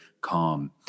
calm